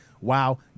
WoW